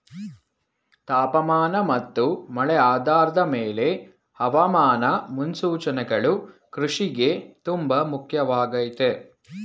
ತಾಪಮಾನ ಮತ್ತು ಮಳೆ ಆಧಾರದ್ ಮೇಲೆ ಹವಾಮಾನ ಮುನ್ಸೂಚನೆಗಳು ಕೃಷಿಗೆ ತುಂಬ ಮುಖ್ಯವಾಗಯ್ತೆ